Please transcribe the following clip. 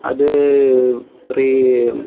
അത്